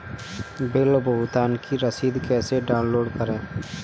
Bill भुगतान की रसीद कैसे डाउनलोड करें?